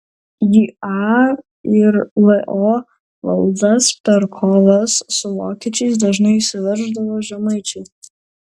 į a ir lo valdas per kovas su vokiečiais dažnai įsiverždavo žemaičiai